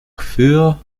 für